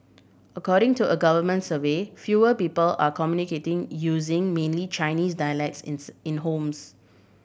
according to a government survey fewer people are communicating using mainly Chinese dialects in homes